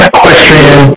Equestrian